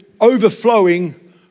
overflowing